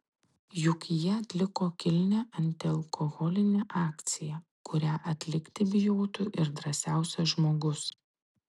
juk jie atliko kilnią antialkoholinę akciją kurią atlikti bijotų ir drąsiausias žmogus